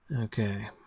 Okay